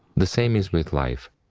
the same is with life.